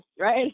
right